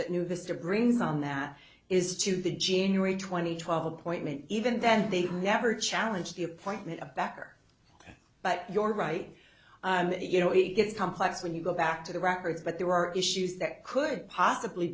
that new vista brings on that is to the gene or a twenty twelve appointment even then they never challenge the appointment a backer but your right and you know it gets complex when you go back to the records but there are issues that could possibly